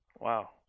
Wow